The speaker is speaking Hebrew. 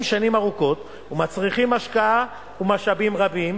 שנים ארוכות ומצריכים השקעה ומשאבים רבים.